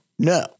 No